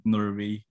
Norway